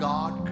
God